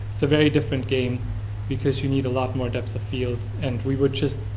it's a very different game because you need a lot more depth of field and we would just.